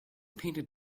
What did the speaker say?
painted